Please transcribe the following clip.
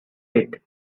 bit